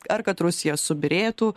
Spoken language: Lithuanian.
ar kad rusija subyrėtų